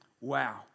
wow